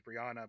Brianna